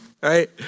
right